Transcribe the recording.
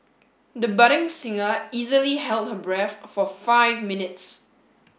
the budding singer easily held her breath for five minutes